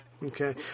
Okay